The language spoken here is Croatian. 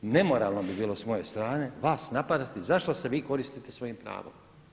Nemoralno bi bilo s moje strane vas napadati zašto se vi koristite svojim pravom.